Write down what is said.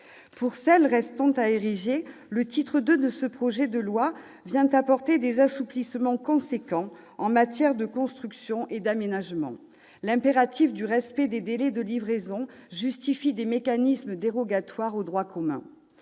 Pour celles qu'il faut encore ériger, le titre II de ce projet de loi vient apporter des assouplissements importants en matière de construction et d'aménagement. L'impératif du respect des délais de livraison justifie des mécanismes dérogatoires au droit commun.